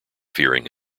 fearing